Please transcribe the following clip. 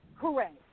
Correct